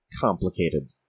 complicated